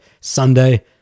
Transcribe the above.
Sunday